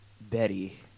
Betty